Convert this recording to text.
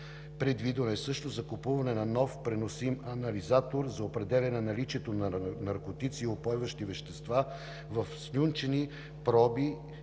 Предвидено е също закупуване на нов преносим анализатор за определяне наличието на наркотици и упойващи вещества в слюнчени проби